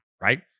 right